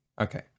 Okay